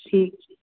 ਠੀਕ